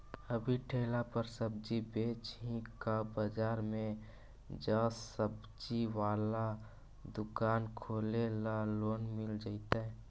अभी ठेला पर सब्जी बेच ही का बाजार में ज्सबजी बाला दुकान खोले ल लोन मिल जईतै?